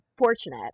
fortunate